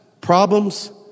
problems